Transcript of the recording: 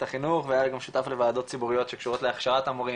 החינוך והיה לי גם שותף לוועדות ציבוריות שקשורות להכשרת המורים,